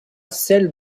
celle